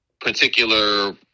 particular